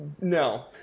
no